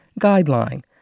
Guideline